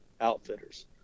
Outfitters